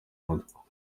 mutwe